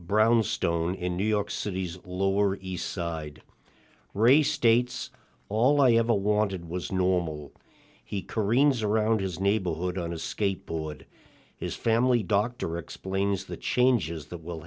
brownstone in new york city's lower east side ray states all i ever wanted was normal he careens around his neighborhood on a skateboard his family doctor explains the changes that will